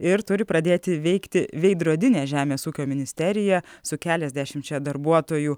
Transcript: ir turi pradėti veikti veidrodinė žemės ūkio ministerija su keliasdešimčia darbuotojų